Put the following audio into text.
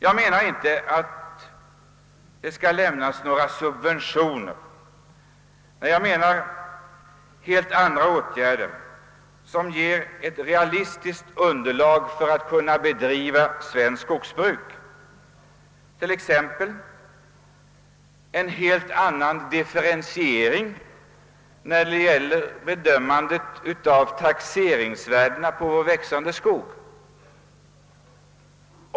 Jag anser inte att det skall ges några subventioner, utan jag anser att helt andra åtgärder bör vidtagas, som gör det möjligt att bedriva svenskt skogsbruk på ctt realistiskt sätt. Bl. a. krävs en helt annan differentiering när det gäller att bedöma taxeringsvärdena på vår växande skog.